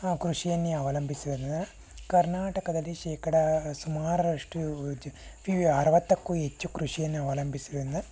ಕೃಷಿಯನ್ನೇ ಅವಲಂಬಿಸಿದರಿಂದ ಕರ್ನಾಟಕದಲ್ಲಿ ಶೇಕಡಾ ಸುಮಾರರಷ್ಟು ಅರುವತ್ತಕ್ಕೂ ಹೆಚ್ಚು ಕೃಷಿಯನ್ನೇ ಅವಲಂಬಿಸಿದರಿಂದ